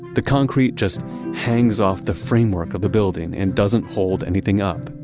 the concrete just hangs off the framework of the building and doesn't hold anything up.